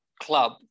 club